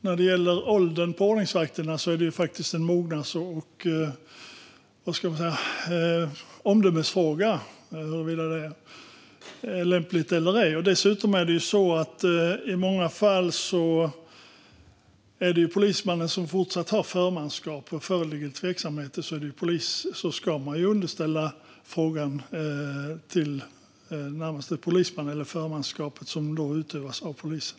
När det gäller åldern på ordningsvakterna är det en mognads och omdömesfråga huruvida det är lämpligt eller ej. Dessutom är det i många fall fortsatt polismannen som har förmanskap. Om det föreligger tveksamheter ska frågan underställas närmaste polisman, och då utövas förmanskapet av polisen.